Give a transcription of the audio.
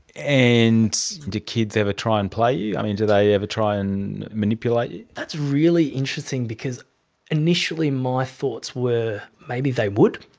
and do kids ever try and play you? do they ever try and manipulate you? that's really interesting because initially my thoughts were maybe they would.